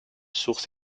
source